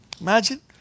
Imagine